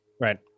right